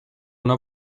una